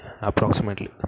Approximately